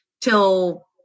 till